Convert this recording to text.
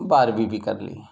بارہویں بھی کرلی